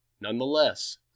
Nonetheless